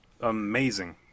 amazing